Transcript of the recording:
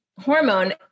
hormone